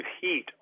heat